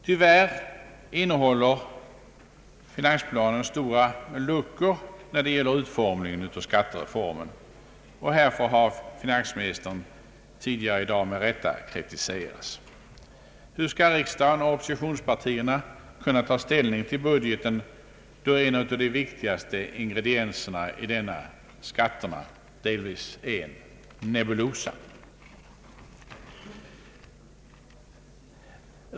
Tyvärr innehåller finansplanen stora luckor när det gäller utformningen av skattereformen, och härför har finansministern tidigare i dag med rätta kritiserats. Hur skall riksdagen Statsverkspropositionen m.m. och oppositionspartierna kunna ta ställning till budgeten då en av de viktigaste ingredienserna i denna, nämligen skatterna, delvis är en nebulosa?